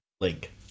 link